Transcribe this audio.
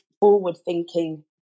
forward-thinking